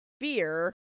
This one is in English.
fear